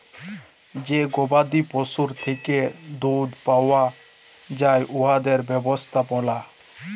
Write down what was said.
যে গবাদি পশুর থ্যাকে দুহুদ পাউয়া যায় উয়াদের ব্যবস্থাপলা